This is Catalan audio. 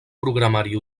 programari